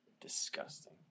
Disgusting